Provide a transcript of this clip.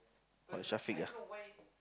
what Shafiq ah